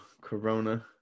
corona